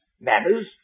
manners